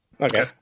Okay